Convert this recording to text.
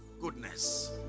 goodness